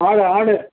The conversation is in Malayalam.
ആട് ആട്